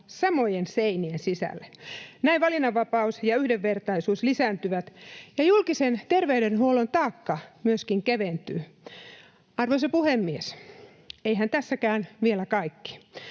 samojen seinien sisällä. Näin valinnanvapaus ja yhdenvertaisuus lisääntyvät ja myöskin julkisen terveydenhuollon taakka keventyy. Arvoisa puhemies! Eihän tässäkään vielä kaikki.